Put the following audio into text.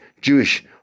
Jewish